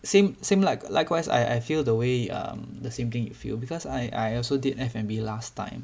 same same like likewise I I feel the way um the same thing you feel because I I also did F&B last time